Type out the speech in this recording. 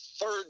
third